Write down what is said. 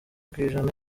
kwijana